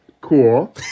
Cool